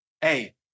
Hey